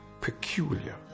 peculiar